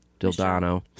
Dildano